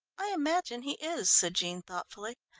i imagine he is, said jean thoughtfully.